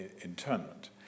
internment